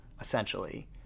essentially